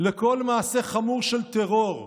"לכל מעשה חמור של טרור,